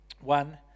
one